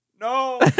No